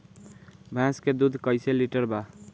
भैंस के दूध कईसे लीटर बा?